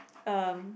um